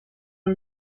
amb